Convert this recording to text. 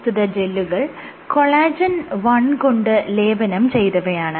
പ്രസ്തുത ജെല്ലുകൾ കൊളാജെൻ 1 കൊണ്ട് ലേപനം ചെയ്തവയാണ്